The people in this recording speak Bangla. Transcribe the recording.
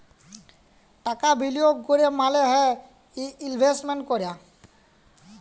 টাকা বিলিয়গ ক্যরা মালে হ্যয় ইলভেস্টমেল্ট ক্যরা